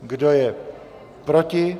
Kdo je proti?